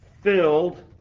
filled